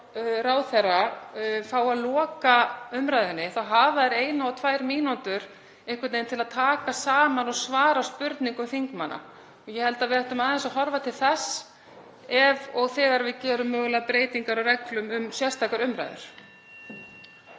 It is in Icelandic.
svo ráðherra fá að loka umræðunni þá hafa þeir eina og tvær mínútur til að taka saman og svara spurningum þingmanna. Ég held að við ættum aðeins að horfa til þess ef og þegar við gerum mögulegar breytingar á reglum um sérstakar umræður.